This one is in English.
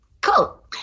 cool